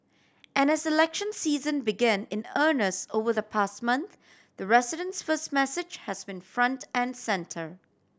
and as election season began in earnest over the past month the residents first message has been front and centre